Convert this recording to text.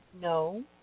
No